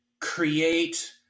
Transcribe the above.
create